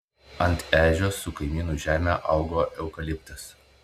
ant ežios su kaimynų žeme augo eukaliptas